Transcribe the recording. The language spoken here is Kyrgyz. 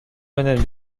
менен